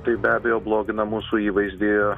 tai be abejo blogina mūsų įvaizdį